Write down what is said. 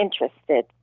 interested